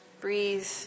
Breathe